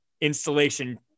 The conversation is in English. installation